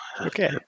Okay